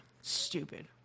Stupid